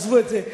עִזבו את זה.